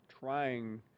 trying